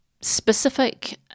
specific